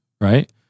Right